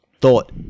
thought